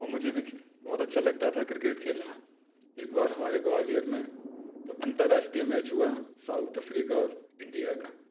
और मुझे भी बहुत अच्छा लगता था क्रिकेट खेलना एक बार हमारे ग्वालियर में अंतरराष्ट्रीय मैच हुआ साउथ अफ्रीका और इंडिया का